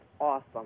awesome